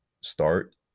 start